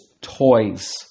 toys